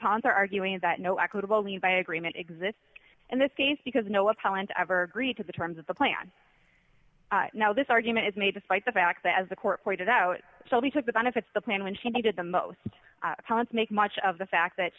upon her arguing that no equitable levi agreement exists in this case because no appellant evergrey to the terms of the plan now this argument is made despite the fact that as the court pointed out so we took the benefits the pain when she did the most accounts make much of the fact that